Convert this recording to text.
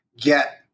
get